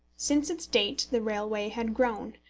since its date the railway had grown,